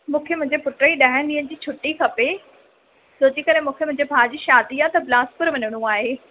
मूंखे मुंजे पुट जी ॾह ॾींहंनि जी छुट्टी खपे छोजी करे मूंखे मुंहिंजे भाउ जी शादी आहे त बिलासपुर वञिणो आहे